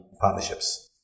partnerships